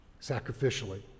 sacrificially